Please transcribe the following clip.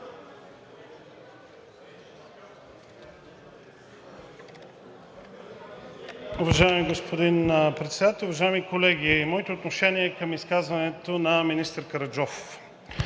Уважаеми господин Председател, уважаеми колеги! Моето отношение е към изказването на министър Караджов